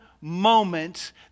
moments